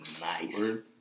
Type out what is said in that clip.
nice